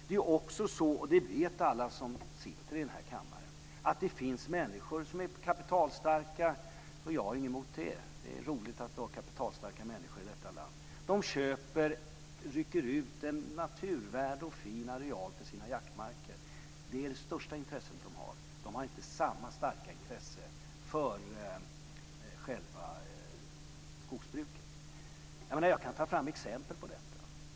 Det är också så, och det vet alla som sitter i denna kammare, att det finns människor som är kapitalstarka - jag har ingenting emot det, det är roligt att ha kapitalstarka människor i detta land - och som köper och rycker ut en fin areal av naturvärde för sina jaktmarker. Det är det största intresse de har, de har inte samma starka intresse för själva skogsbruket. Jag kan ta fram exempel på detta.